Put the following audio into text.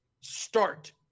start